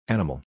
Animal